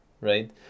right